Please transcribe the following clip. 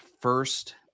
first